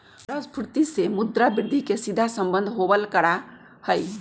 मुद्रास्फीती से मुद्रा वृद्धि के सीधा सम्बन्ध होबल करा हई